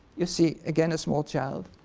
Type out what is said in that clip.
you see again a small child,